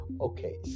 okay